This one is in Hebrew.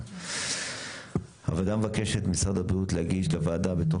5. הוועדה מבקשת ממשרד הבריאות להגיש לוועדה בתוך